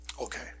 Okay